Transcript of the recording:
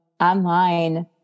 online